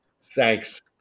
Thanks